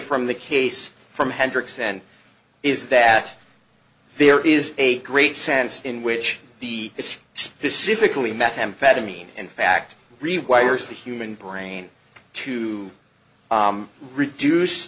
from the case from hendricks and is that there is a great sense in which the it's specifically methamphetamine in fact requires the human brain to reduce